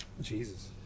Jesus